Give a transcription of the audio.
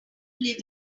like